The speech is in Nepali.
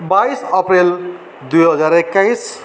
बाइस अप्रेल दुई हजार एक्काइस